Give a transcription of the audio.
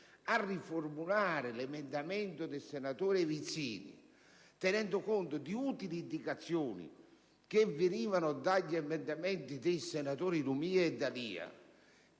a riformulare l'emendamento del senatore Vizzini tenendo conto di utili indicazioni che venivano dagli emendamenti dei senatori Lumia e D'Alia,